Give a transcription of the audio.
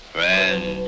Friend